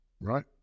right